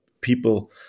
people